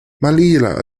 manila